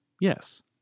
Yes